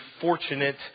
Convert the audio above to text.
fortunate